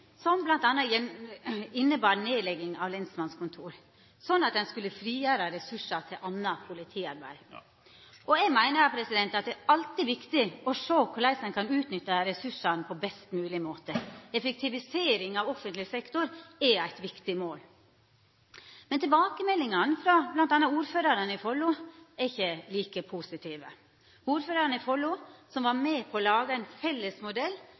innebar nedlegging av lensmannskontor, slik at ein skulle frigjera ressursar til anna politiarbeid. Eg meiner at det alltid er viktig å sjå på korleis ein kan utnytta ressursane på best mogleg måte. Effektivisering av offentleg sektor er eit viktig mål. Men tilbakemeldingane frå bl.a. ordførarane i Follo er ikkje like positive. Ordførarane i Follo, som var med på å laga ein felles modell,